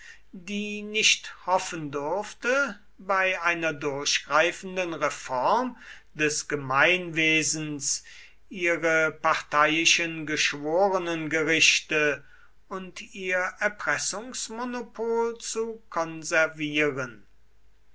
die nicht hoffen durfte bei einer durchgreifenden reform des gemeinwesens ihre parteiischen geschworenengerichte und ihr erpressungsmonopol zu konservieren